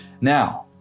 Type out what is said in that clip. Now